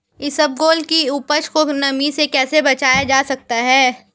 इसबगोल की उपज को नमी से कैसे बचाया जा सकता है?